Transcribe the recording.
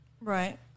Right